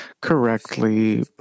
correctly